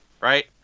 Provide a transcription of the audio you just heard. right